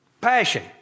Passion